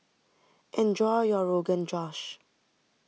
enjoy your Rogan Josh